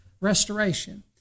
restoration